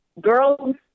girls